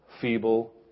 feeble